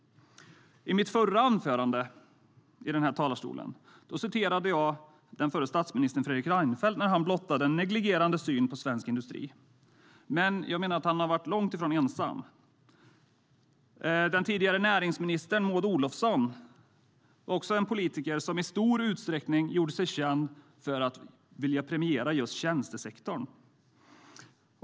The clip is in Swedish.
I mitt förra anförande i denna talarstol citerade jag förre statsministern Fredrik Reinfeldt när han blottade en negligerande syn på svensk industri. Han är dock långt ifrån ensam. Den tidigare näringsministern Maud Olofsson var också en politiker som i stor utsträckning gjorde sig känd för att vilja premiera just tjänstesektorn.